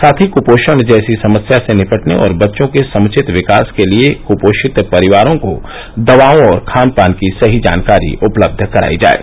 साथ ही क्पोषण जैसी समस्या से निपटने और बच्चों के समुचित विकास के लिये कुपोषित परिवारों को दवाओं और खान पान की सही जानकारी उपलब्ध कराई जाये